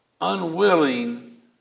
unwilling